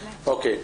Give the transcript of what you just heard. אוקיי.